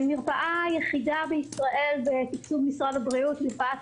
מרפאה יחידה בישראל בתקצוב משרד הבריאות,